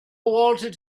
wanted